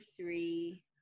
three